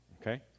Okay